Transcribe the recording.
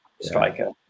striker